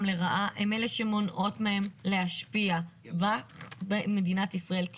לרעה הן אלה שמונעות מהם להשפיע במדינת ישראל,